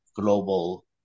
global